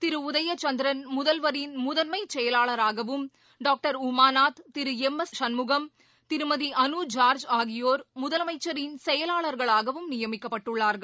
திரு உதயசந்திரன் முதல்வரின் முதன்மைச் செயலாளராகவும் டாக்டர் உமாநாத் திரு எம் எஸ் சண்முகம் திருமதி அனு ஜார்ஜ் ஆகியோர் முதலனமச்சரின் செயலாளர்களாகவும் நியமிக்கப்பட்டுள்ளார்கள்